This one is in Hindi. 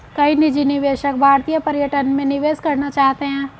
कई निजी निवेशक भारतीय पर्यटन में निवेश करना चाहते हैं